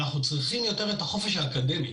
אנחנו צריכים יותר את החופש האקדמי,